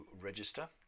register